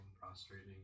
prostrating